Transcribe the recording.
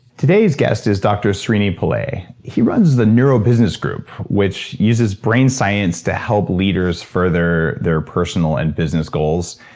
today's guest is dr srini pillay. he runs the neurobusiness group, which uses brain science to help leaders further their personal and business goals.